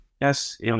yes